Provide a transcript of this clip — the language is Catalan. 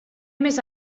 més